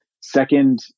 Second